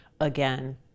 again